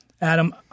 Adam